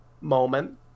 moment